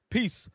Peace